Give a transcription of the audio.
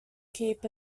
keep